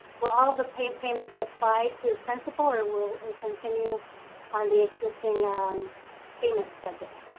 will all the payments be applied to principal, or will it continue on the existing payment schedule?